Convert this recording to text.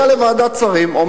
כנראה זה לא מעניין אותו,